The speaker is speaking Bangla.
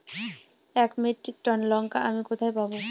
এক মেট্রিক টন লঙ্কা আমি কোথায় পাবো?